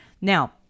Now